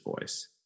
Voice